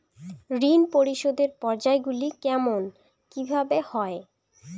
ঋণ পরিশোধের পর্যায়গুলি কেমন কিভাবে হয়?